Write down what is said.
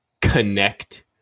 connect